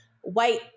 white